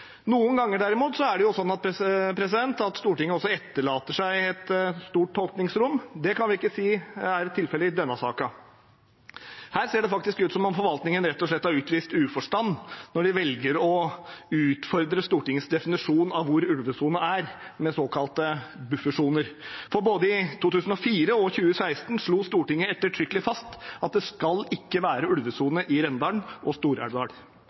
Noen ganger er det derimot slik at Stortinget etterlater seg et stort tolkningsrom. Det kan vi ikke si er tilfellet i denne saken. Her ser det ut som forvaltningen rett og slett har utvist uforstand når de velger å utfordre Stortingets definisjon av hvor ulvesonen er, med såkalte buffersoner. For i både 2004 og 2016 slo Stortinget ettertrykkelig fast at det ikke skal være ulvesoner i Rendalen og